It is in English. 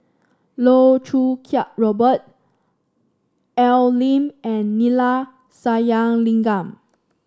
Loh Choo Kiat Robert Al Lim and Neila Sathyalingam